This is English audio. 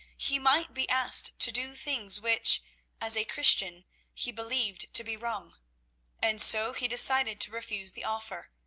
he might be asked to do things which as a christian he believed to be wrong and so he decided to refuse the offer,